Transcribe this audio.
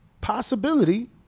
possibility